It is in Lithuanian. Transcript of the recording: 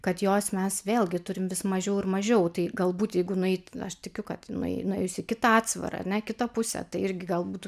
kad jos mes vėlgi turim vis mažiau ir mažiau tai galbūt jeigu nueit aš tikiu kad nuėj nuėjus į kitą atsvarą ar ne kitą pusę tai irgi gal būtų